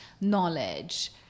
knowledge